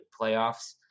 playoffs